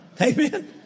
Amen